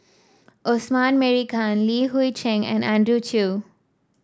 Osman Merican Li Hui Cheng and Andrew Chew